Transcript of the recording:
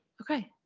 Okay